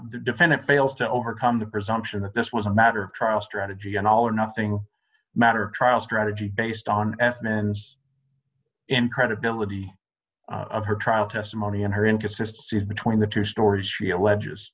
defendant fails to overcome the presumption that this was a matter of trial strategy an all or nothing matter trial strategy based on athens incredibility of her trial testimony in her inconsistency between the two stories she alleges